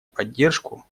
поддержку